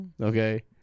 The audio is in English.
Okay